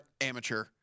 amateur